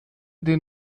den